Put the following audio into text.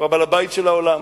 שהוא הבעל-בית של העולם.